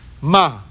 Ma